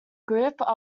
group